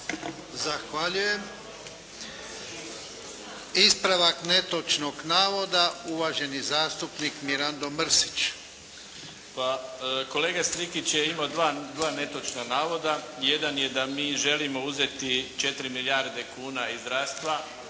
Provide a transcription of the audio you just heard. Zahvaljujem. Ispravak netočnog navoda uvaženi zastupnik Mirando Mrsić. **Mrsić, Mirando (SDP)** Pa kolega Strikić je imao dva netočna navoda. Jedan je da mi želimo uzeti 4 milijarde kuna iz zdravstva.